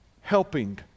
Helping